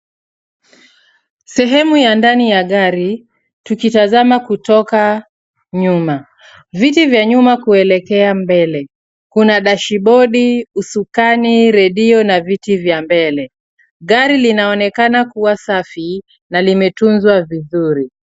Sehemu ya ndani yagari tukitazama kutoka nyuma. Viti vya nyuma kuelekea mbele. Kuna dashibodi, usukani redio na viti vya mbele. Gari linaonekana kuwa safi na limetunzwa vizuri.